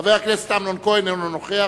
חבר הכנסת אמנון כהן, אינו נוכח.